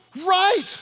right